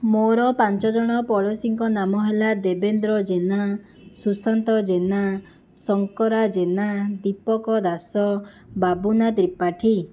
ମୋର ପାଞ୍ଚ ଜଣ ପଡ଼ୋଶୀଙ୍କ ନାମ ହେଲା ଦେବେନ୍ଦ୍ର ଜେନା ସୁଶାନ୍ତ ଜେନା ଶଙ୍କରା ଜେନା ଦୀପକ ଦାସ ବାବୁନା ତ୍ରିପାଠୀ